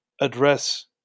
address